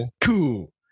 Cool